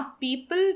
people